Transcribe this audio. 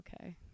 okay